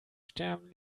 sterben